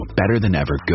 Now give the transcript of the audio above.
better-than-ever